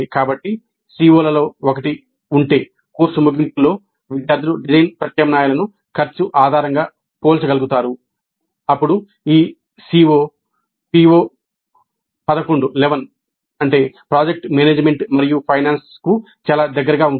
కాబట్టి CO లలో ఒకటి ఉంటే కోర్సు ముగింపులో విద్యార్థులు డిజైన్ ప్రత్యామ్నాయాలను ఖర్చు ఆధారంగా పోల్చగలుగుతారు అప్పుడు ఈ CO PO11 కి చాలా దగ్గరగా ఉంటుంది